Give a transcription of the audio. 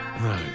No